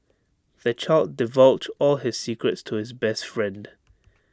the child divulged all his secrets to his best friend